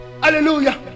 hallelujah